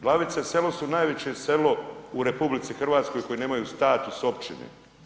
Glavice, selo su najveće selo u RH koje nemaju status općine.